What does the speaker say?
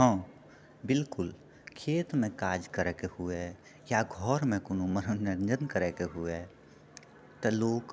हँ बिलकुल खेतमे काज करैके हुए या घरमे कोनो मनोरञ्जन करैके हुए तऽ लोक